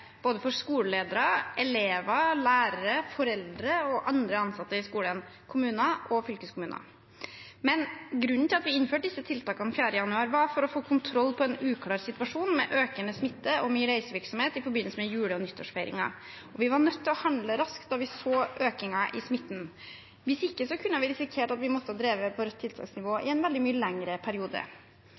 for både skoleledere, elever, lærere og andre ansatte i skolen, foreldre, kommuner og fylkeskommuner, men grunnen til at vi innførte disse tiltakene den 4. januar, var å få kontroll på en uklar situasjon med økende smitte og mye reisevirksomhet i forbindelse med jule- og nyttårsfeiringen. Vi var nødt til å handle raskt da vi så økningen i smitten. Hvis ikke kunne vi risikert at vi måtte ha drevet på rødt tiltaksnivå i en veldig mye lengre periode.